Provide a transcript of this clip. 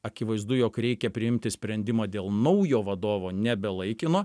akivaizdu jog reikia priimti sprendimą dėl naujo vadovo nebelaikymo